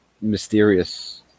mysterious